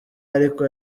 ariko